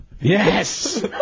Yes